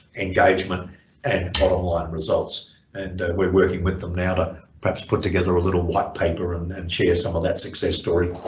engagement and bottom line results and we're working with them now to perhaps put together a little whitepaper and and share some of that success story.